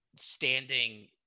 Standing